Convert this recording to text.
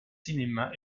cinéma